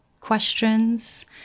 questions